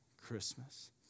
Christmas